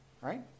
right